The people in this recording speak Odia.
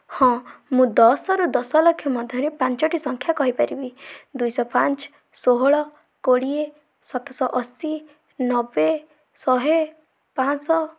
ହଁ ମୁଁ ଦଶରୁ ଦଶ ଲକ୍ଷ ମଧ୍ୟରେ ପାଞ୍ଚଟି ସଂଖ୍ୟା କହିପାରିବି ଦୁଇଶହ ପାଞ୍ଚ ଷୋହଳ କୋଡ଼ିଏ ସାତଶହ ଅଶି ନବେ ଶହେ ପାଞ୍ଚଶହ